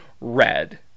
red